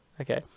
Okay